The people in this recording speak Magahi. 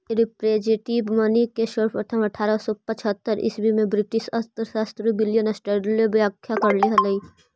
रिप्रेजेंटेटिव मनी के सर्वप्रथम अट्ठारह सौ पचहत्तर ईसवी में ब्रिटिश अर्थशास्त्री विलियम स्टैंडले व्याख्या करले हलई